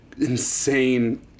insane